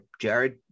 Jared